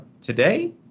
today